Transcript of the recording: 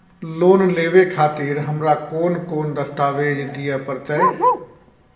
Loan लेवे खातिर हमरा कोन कौन दस्तावेज दिय परतै?